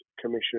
Commission